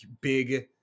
big